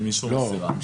עם אישור מסירה.